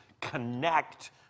connect